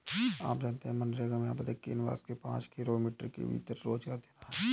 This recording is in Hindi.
आप जानते है मनरेगा में आवेदक के निवास के पांच किमी के भीतर रोजगार देना है?